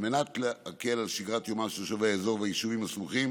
על מנת להקל על שגרת יומם של תושבי האזור והיישובים הסמוכים